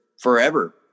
forever